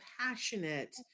passionate